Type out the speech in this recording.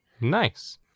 nice